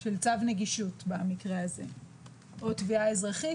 של צו נגישות במקרה הזה או תביעה אזרחית